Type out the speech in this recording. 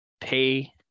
pay